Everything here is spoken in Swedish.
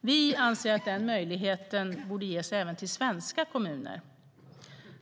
Vi anser att den möjligheten borde ges även till svenska kommuner.